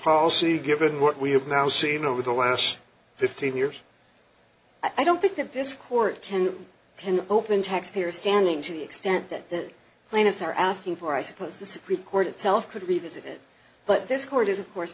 policy given what we have now seen over the last fifteen years i don't think that this court can pin open taxpayer standing to the extent that the plaintiffs are asking for i suppose the supreme court itself could revisit it but this court is of course